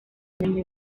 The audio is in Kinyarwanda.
ubumenyi